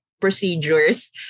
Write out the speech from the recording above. procedures